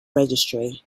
registry